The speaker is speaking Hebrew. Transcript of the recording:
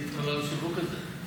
יפסיקו את כל השיווק הזה,